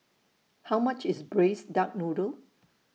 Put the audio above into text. How much IS Braised Duck Noodle